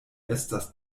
estas